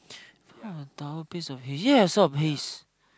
found a tower piece of hays yeah I saw a hays